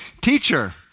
Teacher